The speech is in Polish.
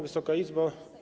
Wysoka Izbo!